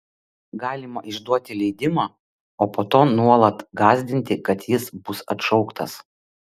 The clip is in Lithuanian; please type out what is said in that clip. galima išduoti leidimą o po to nuolat gąsdinti kad jis bus atšauktas